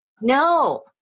No